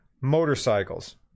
motorcycles